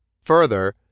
Further